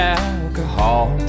alcohol